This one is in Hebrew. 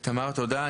תודה.